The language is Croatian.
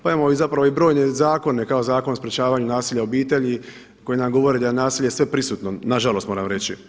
Pa imamo zapravo i brojne zakone kao Zakon o sprječavanju nasilja u obitelji koji nam govori da je nasilje sve prisutno nažalost moram reći.